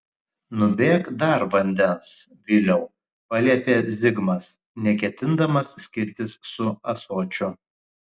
nubėk dar vandens viliau paliepė zigmas neketindamas skirtis su ąsočiu